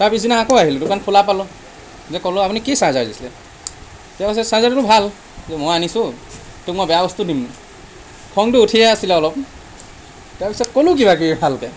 তাৰ পিছদিনা আকৌ আহিলোঁ দোকান খোলা পালোঁ যে ক'লোঁ আপুনি কি চাৰ্জাৰ দিছিলে তেওঁ কৈছে চাৰ্জাৰটোতো ভাল মই আনিছোঁ তোক মই বেয়া বস্তু দিম নি খঙটো উঠিয়ে আছিলে অলপ তাৰপিছত ক'লোঁ কিবা কিবি ভালকৈ